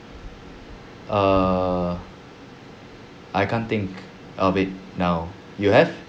err I can't think of it now you have